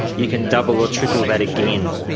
you can double or triple that again.